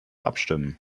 abstimmen